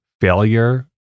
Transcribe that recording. failure